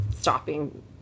stopping